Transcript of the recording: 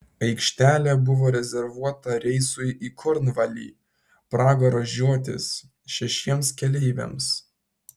aikštelė buvo rezervuota reisui į kornvalį pragaro žiotis šešiems keleiviams